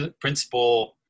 principle